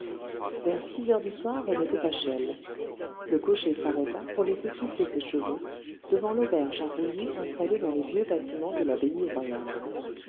vers six heures du soir on était à chelles le cocher s'arrêta pour laisser souffler ses chevaux devant l'auberge à rouliers installée dans les vieux bâtiments de l'abbaye royale